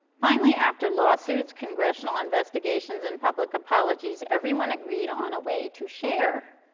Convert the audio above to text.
finally after lawsuits, congressional investigations and public apologies, everyone agreed on a way to share.